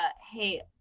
hey